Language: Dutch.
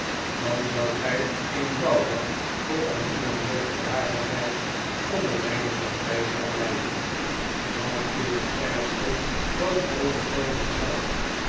dan zoudt gy eenvoudig tot aan uwe meerderjarigheid onder mpe voogdyschap bly ven dat is het ergste wat u overkomen zou